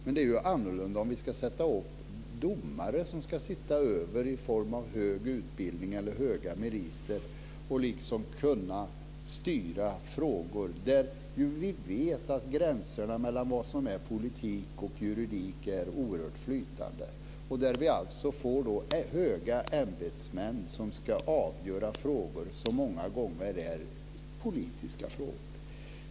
Men det är ju annorlunda om vi ska ha domare som på grund av sin höga utbildning eller höga meriter ska sitta över och kunna styra när det gäller frågor där vi ju vet att gränserna mellan vad som är politik och juridik är oerhört flytande och där vi får höga ämbetsmän som ska avgöra frågor som många gånger är politiska frågor.